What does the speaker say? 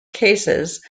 cases